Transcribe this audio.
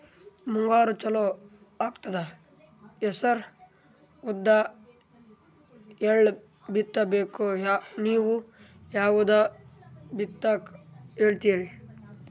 ಮುಂಗಾರು ಚಾಲು ಆಗ್ತದ ಹೆಸರ, ಉದ್ದ, ಎಳ್ಳ ಬಿತ್ತ ಬೇಕು ನೀವು ಯಾವದ ಬಿತ್ತಕ್ ಹೇಳತ್ತೀರಿ?